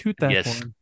Yes